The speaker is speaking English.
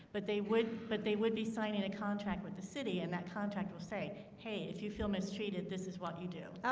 but they would but they would be signing a contract with the city and that contact will say hey if you feel mistreated this is what you do.